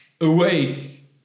awake